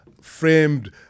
framed